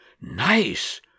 Nice